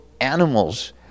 animals